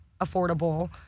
affordable